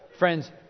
Friends